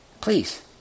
Please